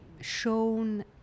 shown